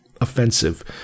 offensive